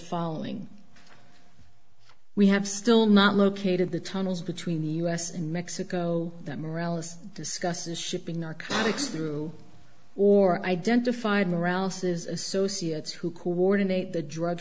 following we have still not located the tunnels between the u s and mexico that morales discusses shipping narcotics through or identified morales's associates who coordinate the drug